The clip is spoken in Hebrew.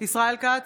ישראל כץ,